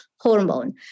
hormone